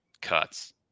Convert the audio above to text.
Cuts